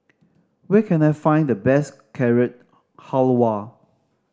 where can I find the best Carrot Halwa